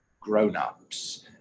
grown-ups